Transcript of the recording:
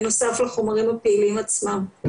בנוסף לחומרים הפעילים עצמם.